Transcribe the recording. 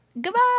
Goodbye